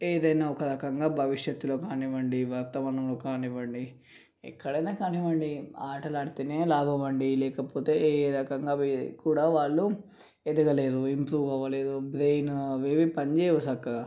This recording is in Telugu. ఏదైనా ఒక రకంగా భవిష్యత్తులో కానివ్వండి వర్తమానంలో కానివ్వండి ఎక్కడైనా కానివ్వండి ఆటలు ఆడితేనే లాభం అండి లేకపోతే ఏ రకంగా వీ కూడా వాళ్ళు ఎదగలేరు ఇంప్రూవ్ అవ్వలేరు బ్రైన్ అవేవి పనిచేయవు చక్కగా